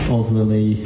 Ultimately